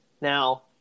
Now